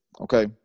Okay